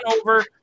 over